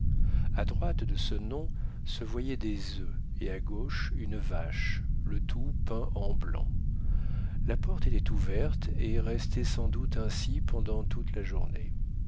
a droite de ce nom se voyaient des œufs et à gauche une vache le tout peint en blanc la porte était ouverte et restait sans doute ainsi pendant toute la journée